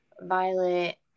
Violet